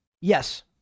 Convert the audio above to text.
Yes